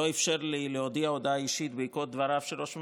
לא אפשר לי להודיע הודעה אישית בעקבות דבריו של ראש הממשלה,